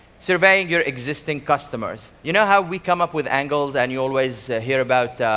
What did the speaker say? surveying your existing customers. you know how we come up with angles, and you always hear about